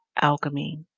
alchemy